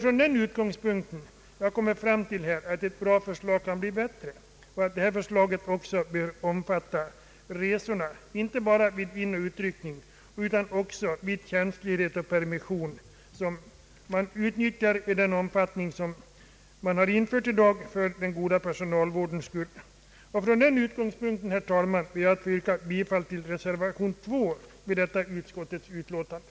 Från den utgångspunkten har jag kommit fram till att ett bra förslag kan bli bättre och att förslaget bör omfatta resorna, inte bara vid inoch utryckning utan också vid tjänstledighet och permission som utnyttjas i den omfattning som man infört i den goda personalvårdens intresse. Från denna utgångspunkt, herr talman, ber jag att få yrka bifall till reservation 2 vid detta utskottsutlåtande.